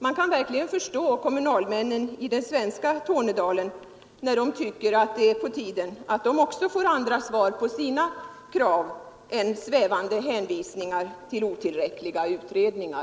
Man kan verkligen förstå kommunalmännen i den svenska Tornedalen när de tycker att det är på tiden att de får andra svar på sina krav än svävande hänvisningar till otillräckliga utredningar.